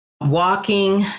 walking